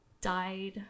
died